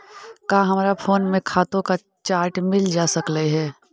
का हमरा फोन में खातों का चार्ट मिल जा सकलई हे